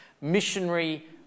Missionary